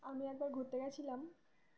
আমি একবার ঘুরতে গেছিলাম